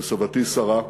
וסבתי שרה,